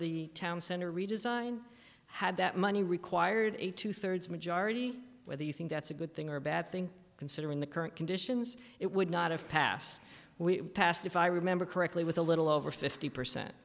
the town center redesign had that money required a two thirds majority whether you think that's a good thing or a bad thing considering the current conditions it would not have passed we passed if i remember correctly with a little over fifty percent